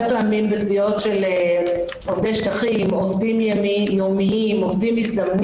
פעמים בתביעות של עובדים מן השטחים או עובדים יומיים מזדמנים